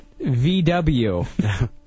VW